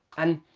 and,